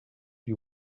you